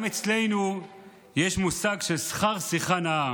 יש אצלנו מושג "שכר שיחה נאה".